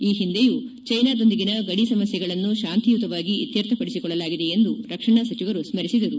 ಈ ಹಿಂದೆಯೂ ಚ್ಲೆನಾದೊಂದಿಗಿನ ಗಡಿ ಸಮಸ್ನೆಗಳನ್ನು ಶಾಂತಿಯುತವಾಗಿ ಇತ್ತರ್ಥಪಡಿಸಿಕೊಳ್ಳಲಾಗಿದೆ ಎಂದು ರಕ್ಷಣಾ ಸಚಿವರು ಸ್ತರಿಸಿದರು